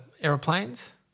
aeroplanes